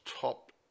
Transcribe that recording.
top